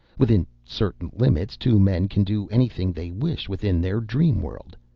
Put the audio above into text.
within certain limits, two men can do anything they wish within their dream world.